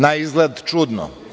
Naizgled čudno.